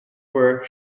were